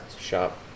shop